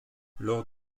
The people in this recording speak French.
lors